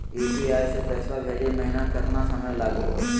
UPI स पैसवा भेजै महिना केतना समय लगही हो?